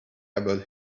about